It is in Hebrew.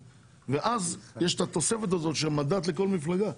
ואז יש את התוספת הזאת של מנדט לכל מפלגה.